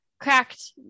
cracked